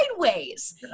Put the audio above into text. sideways